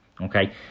okay